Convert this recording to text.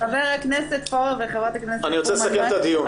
חבר הכנסת פורר וחברת הכנסת פרומן --- אני רוצה לסכם את הדיון,